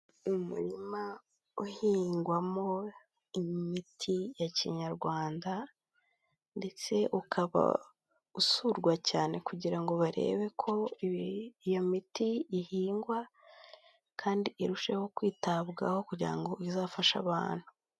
Umurima uhingwamo imiti ya kinyarwanda, ndetse ukaba usurwa cyane kugira ngo barebe ko iyo miti ihingwa, kandi irushaho kwitabwaho kugira ngo izafashe abantu.